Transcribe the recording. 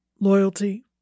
loyalty